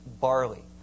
barley